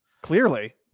Clearly